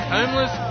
Homeless